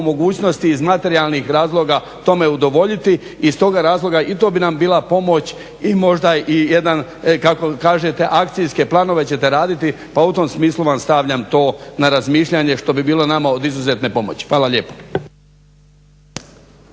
mogućnosti iz materijalnih razloga tome udovoljiti i iz toga razloga i to bi nam bila pomoć i možda i jedan kako kažete akcijske planove ćete raditi pa u tom smislu vam stavljam to na razmišljanje što bi bilo nama od izuzetne pomoći. Hvala lijepo.